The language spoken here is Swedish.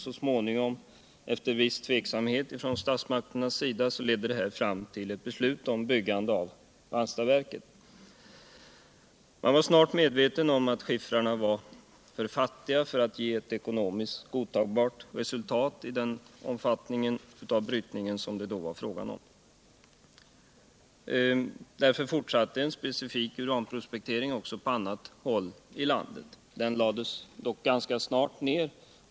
Så småningom, efter en viss tveksamhet från statsmakternas sida, ledde det fram till eu beslut om byggande av Ranstadsverket. Man blev snart medveten om att skiffrarna var för fattiga för att ge ett ekonomiskt godtagbart resultat med den omfattning av brytningen som det då rörde sig om. Därför fortsatte en specifik uranprospektering också på andra håll i landet. Den lades dock ganska snart ned.